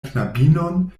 knabinon